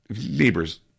neighbors